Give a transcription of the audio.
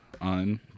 on